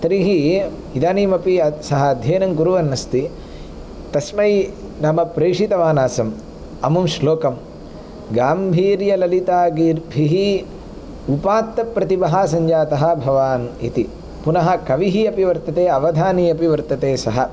तर्हि इदानीमपि अद् सः अध्ययनं कुर्वन्नस्ति तस्मै नाम प्रेषितवान् आसम् अमुं श्लोकं गाम्भीर्यललितागीर्भिः उपात्तप्रतिभः सञ्जातः भवान् इति पुनः कविः अपि वर्तते अवधानि अपि वर्तते सः